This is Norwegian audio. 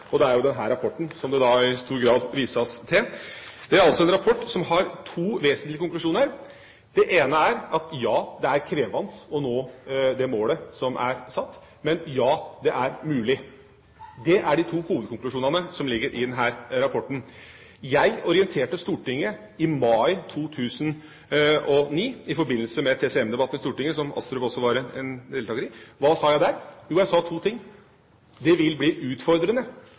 stor grad vises til. Det er altså en rapport som har to vesentlige konklusjoner. Den ene er: Ja, det er krevende å nå det målet som er satt. Men: Ja, det er mulig. Det er de to hovedkonklusjonene som ligger i denne rapporten. Jeg orienterte Stortinget i mai 2009 i forbindelse med TCM-debatten, som Astrup også var deltaker i. Hva sa jeg der? Jo, jeg sa to ting. Det vil bli utfordrende